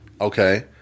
okay